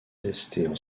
restée